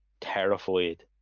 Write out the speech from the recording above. terrified